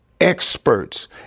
experts